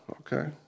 okay